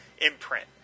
imprint